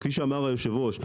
וכפי שאמר היושב-ראש,